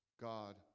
God